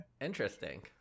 Interesting